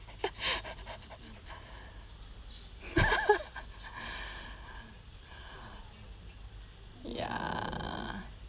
ya